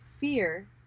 fear